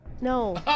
No